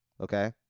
Okay